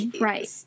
Right